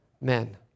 men